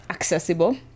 accessible